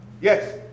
Yes